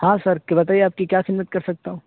ہاں سر بتائیے آپ کی کیا خدمت کر سکتا ہوں